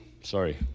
Sorry